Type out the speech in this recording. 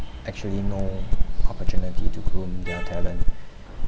actually no opportunity to groom their talent